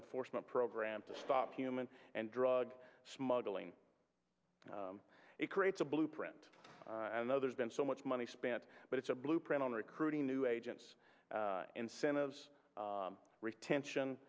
enforcement program to stop human and drug smuggling it creates a blueprint and the there's been so much money spent but it's a blueprint on recruiting new agents incentives retention